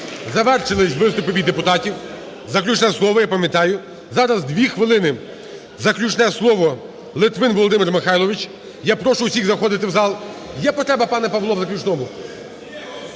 завершились виступи від депутатів. Заключне слово, я пам'ятаю. Зараз 2 хвилини – заключне слово, Литвин Володимир Михайлович. Я прошу усіх заходити в зал. Є потреба пане Павло, в заключному?